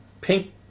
pink